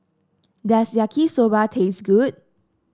does Yaki Soba taste good